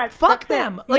um fuck them! like